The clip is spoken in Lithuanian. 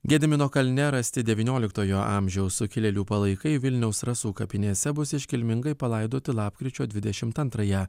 gedimino kalne rasti devynioliktojo amžiaus sukilėlių palaikai vilniaus rasų kapinėse bus iškilmingai palaidoti lapkričio dvidešimt antrąją